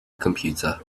computer